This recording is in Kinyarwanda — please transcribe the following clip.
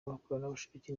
abakorerabushake